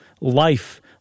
life